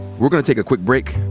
we're gonna take a quick break.